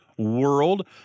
world